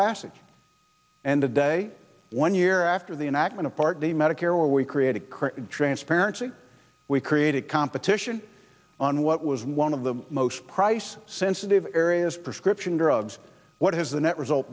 passage and today one year after the in akron a part the medicare we created transparency we created competition on what was one of the most price sensitive areas prescription drugs what is the net result